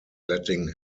letting